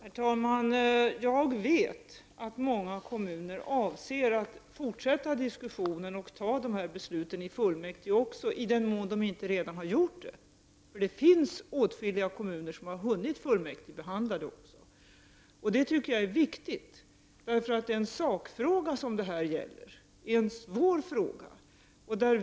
Herr talman! Jag vet att många kommuner avser att fortsätta diskussionen och fatta beslut i kommunfullmäktige, i den mån de inte redan har gjort det. Det finns åtskilliga kommuner som redan har hunnit fullmäktigebehandla frågan. Det tycker jag är viktigt, eftersom den sakfråga som det här gäller är svår.